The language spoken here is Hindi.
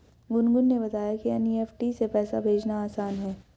गुनगुन ने बताया कि एन.ई.एफ़.टी से पैसा भेजना आसान है